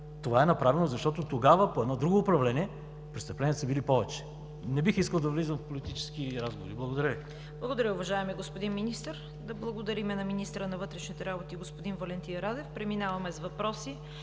Това е направено, защото тогава при едно друго управление престъпленията са били повече. Не бих искал да влизам в политически разговори. Благодаря Ви. ПРЕДСЕДАТЕЛ ЦВЕТА КАРАЯНЧЕВА: Благодаря, уважаеми господин Министър. Да благодарим на министъра на вътрешните работи господин Валентин Радев. Преминаваме към въпроси